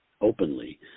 openly